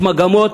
יש מגמות,